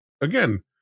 again